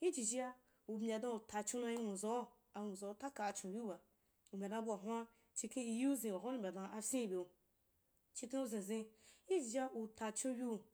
ijijia u mbya dan utacho nayi nwuzau, anwuzau takan chon yiuba, u mbya dan bua hun’a chikhen iyiu zin wa hun’a uri mbya da nafyin ibeu chikhen uzen zin, ijijia utachon yia